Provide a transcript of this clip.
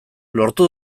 lortu